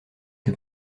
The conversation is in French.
que